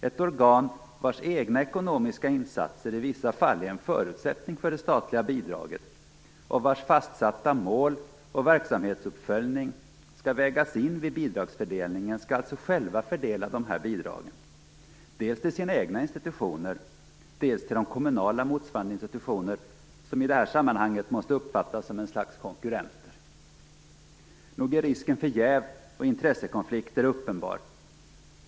Ett organ vars egna ekonomiska insatser i vissa fall är en förutsättning för det statliga bidraget och vars fastställda mål och verksamhetsuppföljning skall vägas in vid bidragsfördelningen skall alltså självt fördela dessa bidrag, dels till sina egna institutioner, dels till de kommunala motsvarande institutioner som i det här sammanhanget måste uppfattas som ett slags konkurrenter. Nog är risken för jäv och intressekonflikter uppenbar.